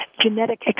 genetic